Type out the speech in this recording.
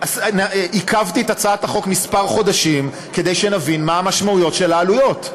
עיכבתי את הצעת החוק כמה חודשים כדי שנבין מה המשמעויות של העלויות,